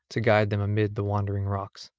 to guide them amid the wandering rocks.